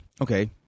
Okay